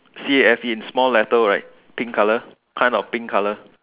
C A F E in small letter right pink colour kind of pink colour